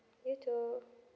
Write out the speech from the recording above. you too